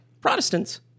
Protestants